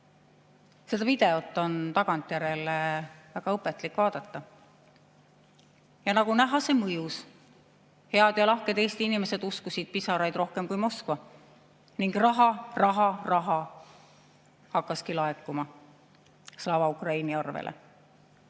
Seda videot on tagantjärele väga õpetlik vaadata. Ja nagu näha, see mõjus. Head ja lahked Eesti inimesed uskusid pisaraid rohkem kui Moskva. Ning raha, raha, raha hakkaski laekuma Slava Ukraini arvele.